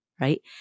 right